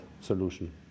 solution